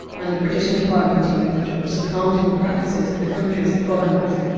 and the british empire continued the job, supplanting the practices of the countries it colonised.